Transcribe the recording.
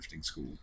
school